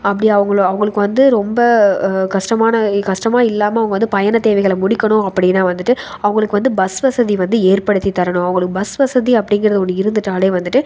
அப்படி அவங்களை அவங்களுக்கு வந்து ரொம்ப கஷ்டமான கஷ்டம் இல்லாமல் அவங்க வந்து பயண தேவைகளை முடிக்கணும் அப்படினா வந்துட்டு அவர்களுக்கு வந்து பஸ் வசதி வந்து ஏற்படுத்தி தரணும் அவர்களுக்கு பஸ் வசதி அப்படிங்கிறது ஒன்று வந்து இருந்துவிட்டாலே